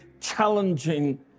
challenging